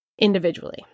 individually